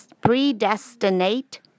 Predestinate